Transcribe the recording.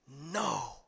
No